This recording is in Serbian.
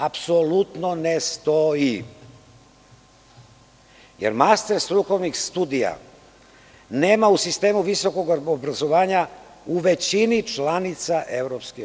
Apsolutno ne stoji, jer master strukovnih studija nema u sistemu visokog obrazovanja u većini članica EU.